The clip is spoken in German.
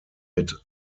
mit